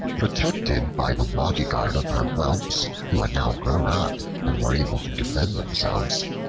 protected by the bodyguard of her whelps, who had now grown up and were able to defend themselves,